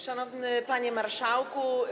Szanowny Panie Marszałku!